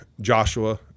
Joshua